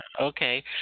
Okay